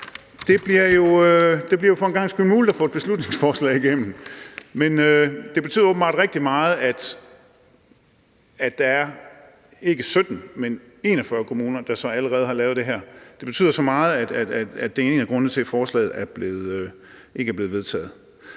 Det bliver jo for en gangs skyld muligt at få et beslutningsforslag igennem. Men det betyder åbenbart rigtig meget, at der er ikke 17, men 41 kommuner, der allerede har lavet det her. Det betyder så meget, at det er en af grundene til, at forslaget ikke bliver vedtaget.